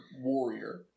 warrior